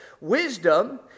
Wisdom